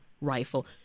rifle